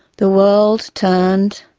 the world turned,